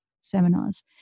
seminars